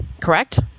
correct